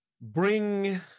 bring